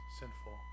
sinful